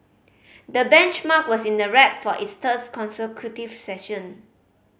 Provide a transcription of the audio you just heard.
the benchmark was in the red for its thirds consecutive session